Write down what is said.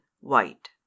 white